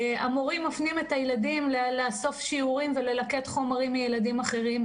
המורים מפנים את הילדים לאסוף שיעורים וללקט חומרים מילדים אחרים.